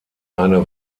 eine